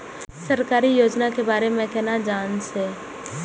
सरकारी योजना के बारे में केना जान से?